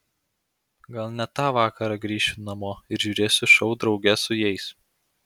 gal net tą vakarą grįšiu namo ir žiūrėsiu šou drauge su jais